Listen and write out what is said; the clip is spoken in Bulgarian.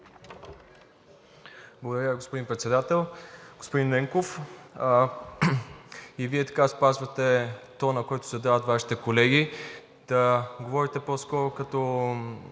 Благодаря, господин Председател. Господин Ненков, и Вие спазвате тона, който задават Вашите колеги, да говорите по-скоро като